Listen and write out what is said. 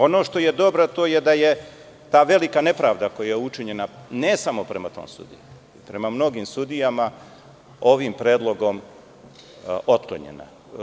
Ono što je dobro, to je da je ta velika nepravda koja je učinjena ne samo prema tom sudiji, prema mnogim sudijama ovim predlogom otklonjena.